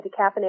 decaffeinated